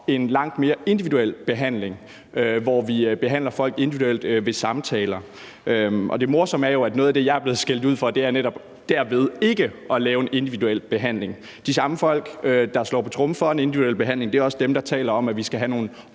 en langt mere individuel behandling, hvor vi behandler folk individuelt ved samtaler. Det morsomme er jo, at noget af det, jeg netop er blevet skældt ud for, er derved ikke at lave en individuel behandling. De samme folk, der slår på tromme for en individuel behandling, er også dem, der taler om, at vi skal have nogle